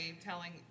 telling